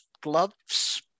gloves